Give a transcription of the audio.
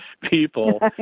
people